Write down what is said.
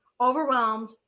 Overwhelmed